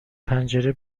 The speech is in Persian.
پنجره